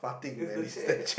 is the chat